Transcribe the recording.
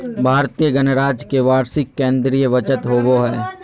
भारतीय गणराज्य के वार्षिक केंद्रीय बजट होबो हइ